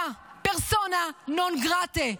אתה פרסונה נון גרטה.